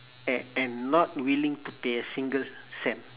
and and not willing to pay a single cent